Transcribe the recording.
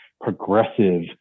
progressive